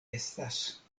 estas